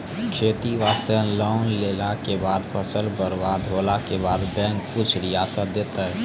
खेती वास्ते लोन लेला के बाद फसल बर्बाद होला के बाद बैंक कुछ रियायत देतै?